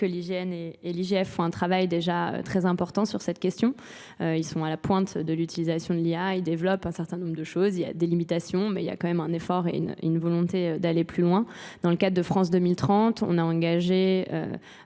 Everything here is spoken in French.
l'IGN et l'IGF font un travail déjà très important sur cette question. Ils sont à la pointe de l'utilisation de l'IA, ils développent un certain nombre de choses, il y a des limitations mais il y a quand même un effort et une volonté d'aller plus loin. Dans le cadre de France 2030, on a engagé un